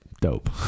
dope